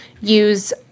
use